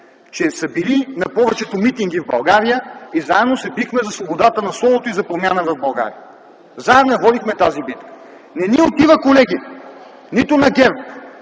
че са били на повечето митинги и заедно се бихме за свободата на словото и за промяна в България. Заедно я водихме тази битка. Не ни отива, колеги - нито на ГЕРБ,